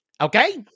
Okay